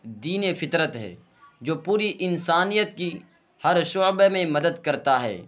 دین فطرت ہے جو پوری انسانیت کی ہر شعبے میں مدد کرتا ہے